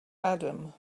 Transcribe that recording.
adam